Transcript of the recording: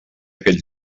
aquest